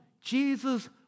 Jesus